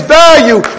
value